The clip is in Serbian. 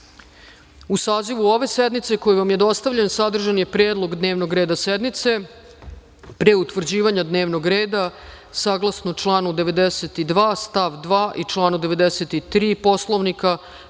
sazivu ove sednice, koji vam je dostavljen, sadržan je predlog dnevnog reda sednice. Pre utvrđivanja dnevnog reda sednice, saglasno članu 92. stav 2. i članu 93. Poslovnika,